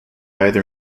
either